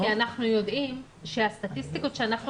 כי אנחנו יודעים שהסטטיסטיקות שאנחנו